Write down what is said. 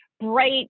bright